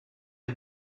est